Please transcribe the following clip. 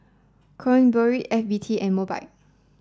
Kronenbourg F B T and Mobike